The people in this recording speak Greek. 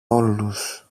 όλους